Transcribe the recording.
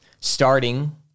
starting